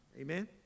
Amen